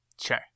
Sure